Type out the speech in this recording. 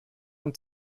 und